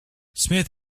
smith